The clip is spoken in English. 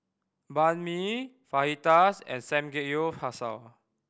Banh Mi Fajitas and Samgeyopsal